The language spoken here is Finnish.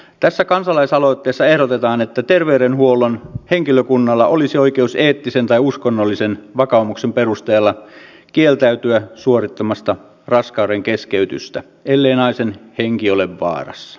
tässä kansalaisaloitteessa ehdotetaan että terveydenhuollon henkilökunnalla olisi oikeus eettisen tai uskonnollisen vakaumuksen perusteella kieltäytyä suorittamasta raskaudenkeskeytystä ellei naisen henki ole vaarassa